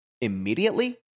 immediately